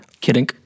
kidding